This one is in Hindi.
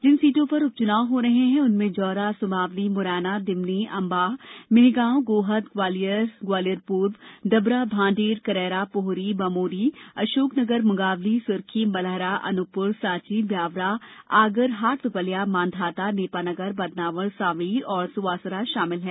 जिन सीटों पर उपचुनाव हो रहे हैं उनमें जौरा सुमावली मुरैना दिमनी अंबाह मेहगांव गोहद ग्वालियर ग्वालियर पूर्व डबरा भांडेर करैरा पोहरी बामोरी अशोकनगर मुंगावली सुरखी मलहरा अनूपपुर सांची ब्यावरा आगर हाटपिपल्या मांधाता नेपानगर बदनावर सांवेर और सुवासरा शामिल हैं